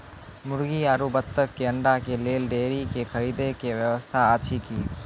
मुर्गी आरु बत्तक के अंडा के लेल डेयरी के खरीदे के व्यवस्था अछि कि?